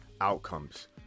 outcomes